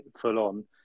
full-on